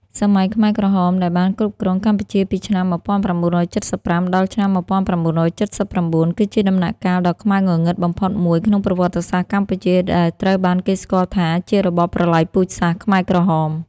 សម័យខ្មែរក្រហម ដែលបានគ្រប់គ្រងកម្ពុជាពីឆ្នាំ១៩៧៥ ដល់ឆ្នាំ១៩៧៩ គឺជាដំណាក់កាលដ៏ខ្មៅងងឹតបំផុតមួយក្នុងប្រវត្តិសាស្ត្រកម្ពុជាដែលត្រូវបានគេស្គាល់ថាជា របបប្រល័យពូជសាសន៍ខ្មែរក្រហម។